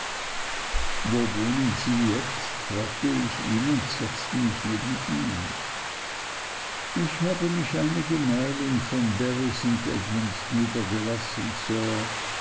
wo wohnen sie jetzt fragte ich ihn und setzte mich neben ihn ich habe mich einige meilen von bury st edmunds niedergelassen sir